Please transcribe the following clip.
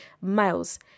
miles